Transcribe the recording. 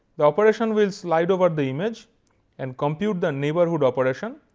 the operation will slide over the image and compute the neighbourhood operation,